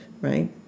right